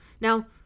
Now